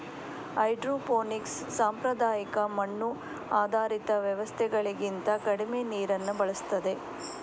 hydroponics ಸಾಂಪ್ರದಾಯಿಕ ಮಣ್ಣು ಆಧಾರಿತ ವ್ಯವಸ್ಥೆಗಳಿಗಿಂತ ಕಡಿಮೆ ನೀರನ್ನ ಬಳಸ್ತದೆ